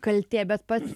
kaltė bet pats